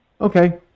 okay